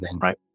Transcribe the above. right